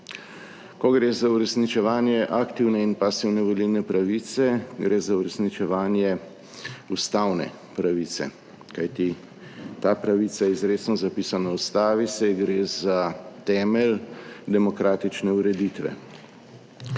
Ko gre za uresničevanje aktivne in pasivne volilne pravice, gre za uresničevanje ustavne pravice, kajti ta pravica je izrecno zapisana v Ustavi, saj gre za temelj demokratične ureditve.